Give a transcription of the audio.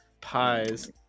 pies